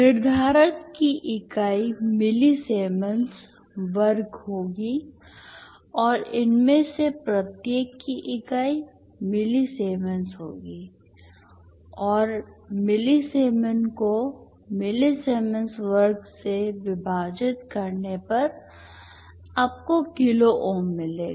निर्धारक की इकाई मिलिसिएमेंस वर्ग होगी और इनमें से प्रत्येक की इकाई मिलिसिएमेंस होगी और मिलीसीमेन को मिलीसीमेंस वर्ग से विभाजित करने पर आपको किलो ओम मिलेगा